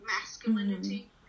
masculinity